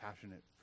passionate